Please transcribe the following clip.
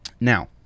Now